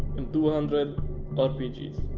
and two hundred rpgs,